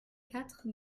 quatre